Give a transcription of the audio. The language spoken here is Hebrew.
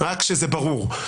באמת רק כשזה ברור.